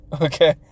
okay